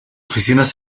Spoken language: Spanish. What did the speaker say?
oficinas